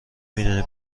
میدونی